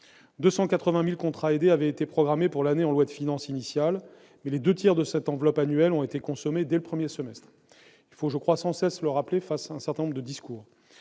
280 000 contrats aidés avaient été programmés pour l'année, mais les deux tiers de cette enveloppe annuelle ont été consommés dès le premier semestre. Il faut sans cesse le rappeler, face à un certain nombre de discours